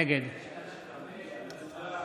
נגד